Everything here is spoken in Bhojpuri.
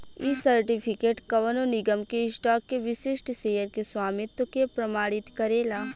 इ सर्टिफिकेट कवनो निगम के स्टॉक के विशिष्ट शेयर के स्वामित्व के प्रमाणित करेला